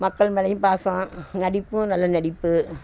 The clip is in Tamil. மக்கள் மேலேயும் பாசம் நடிப்பும் நல்ல நடிப்பு